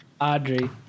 Audrey